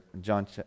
John